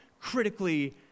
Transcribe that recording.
critically